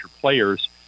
players